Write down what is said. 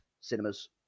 cinemas